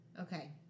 Okay